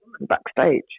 backstage